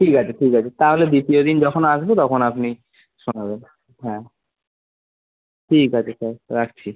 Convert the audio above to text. ঠিক আছে ঠিক আছে তাহলে দ্বিতীয় দিন যখন আসবো তখন আপনি শোনাবেন হ্যাঁ ঠিক আছে স্যার রাখছি